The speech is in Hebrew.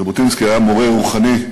ז'בוטינסקי היה מורה רוחני,